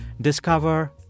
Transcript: Discover